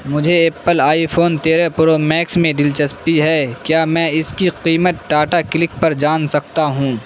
مجھے Apple iPhone تیرہ pro max میں دلچسپی ہے کیا میں اس کی قیمت ٹاٹا کلک پر جان سکتا ہوں